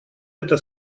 это